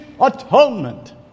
atonement